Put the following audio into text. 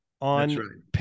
on